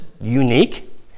unique